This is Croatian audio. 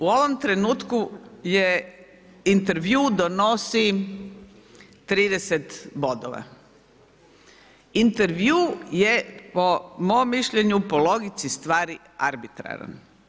U ovom trenutku je intervju donosi 30 bodova, intervju je po mišljenju po logici stvari arbitraran.